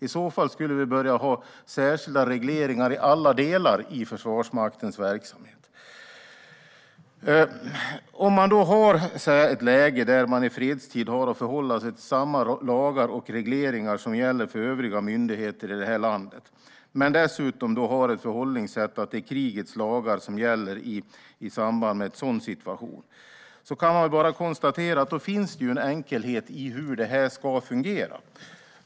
I så fall skulle vi börja ha särskilda regleringar i alla delar av Försvarsmaktens verksamhet. Läget är att man i fredstid har att förhålla sig till samma lagar och regleringar som gäller för övriga myndigheter i det här landet. I samband med en krigssituation är förhållningssättet att det är krigets lagar som gäller, och då kan vi konstatera att det finns en enkelhet i hur det här ska fungera.